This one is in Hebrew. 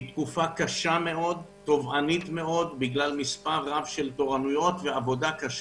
היא תקופה קשה מאוד עקב העבודה הקשה.